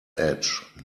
edge